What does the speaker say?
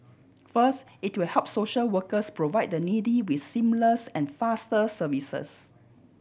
first it will help social workers provide the needy with seamless and faster services